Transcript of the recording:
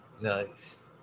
Nice